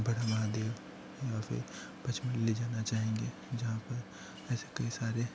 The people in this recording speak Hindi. बड़ा महादेव या फिर पचमढ़ी जाना चाहेंगे जहाँ पर ऐसे कई सारे